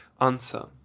Answer